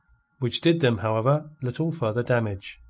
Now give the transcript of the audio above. which did them, however, little further damage.